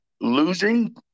losing